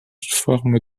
forme